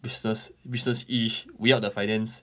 business business ish we are the finance